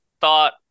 thought